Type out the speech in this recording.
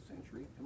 century